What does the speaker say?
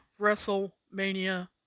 WrestleMania